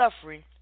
suffering